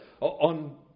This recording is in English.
on